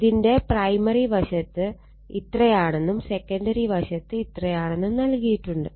ഇതിന്റെ പ്രൈമറി വശത്ത് ഇത്രയാണെന്നും സെക്കണ്ടറി വശത്ത് ഇത്രയാണെന്നും നൽകിയിട്ടുണ്ട്